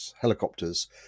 helicopters